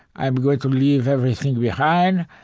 i'm going to leave everything behind.